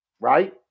Right